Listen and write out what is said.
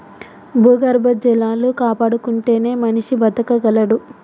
భూగర్భ జలాలు కాపాడుకుంటేనే మనిషి బతకగలడు